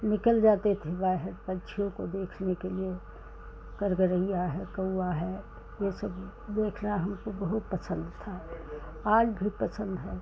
निकल जाते थे बाहर पक्षियों को देखने के लिए गरगरइया है कौआ है यह सब देखना हमको बहुत पसंद था आज भी पसंद है